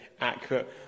accurate